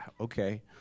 okay